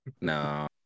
No